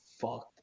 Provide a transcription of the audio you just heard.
fucked